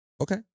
okay